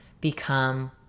become